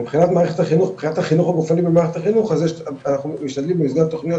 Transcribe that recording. מבחינת מערכת החינוך אנחנו משתדלים במסגרת התוכניות